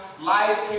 Life